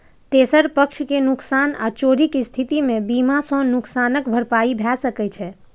तेसर पक्ष के नुकसान आ चोरीक स्थिति मे बीमा सं नुकसानक भरपाई भए सकै छै